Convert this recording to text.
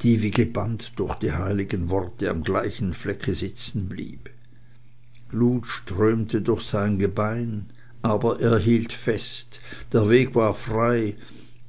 die wie gebannt durch die heiligen worte am gleichen flecke sitzenblieb glut strömte durch sein gebein aber er hielt fest der weg war frei